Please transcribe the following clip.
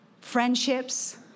Friendships